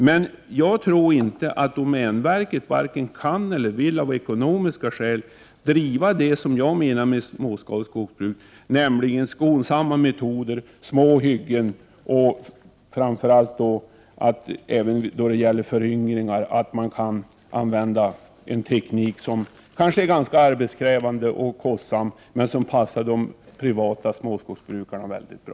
Men jag tror inte att domänverket av ekonomiska skäl vare sig kan eller vill driva vad jag menar med småskaligt skogsbruk, nämligen att man har skonsamma metoder, små hyggen och framför allt, när det gäller föryngringar, att man använder en teknik som kanske är ganska arbetskrävande och kostsam men som passar de privata småskogsbrukarna mycket bra.